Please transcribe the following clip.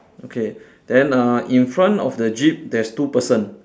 okay then uh in front of the jeep there's two person